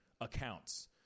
Accounts